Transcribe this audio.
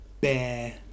bear